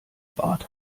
bart